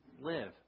live